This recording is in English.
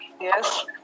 Yes